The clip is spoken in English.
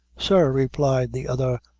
sir, replied the other,